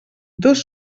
dos